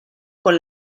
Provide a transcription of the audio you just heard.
con